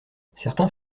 certains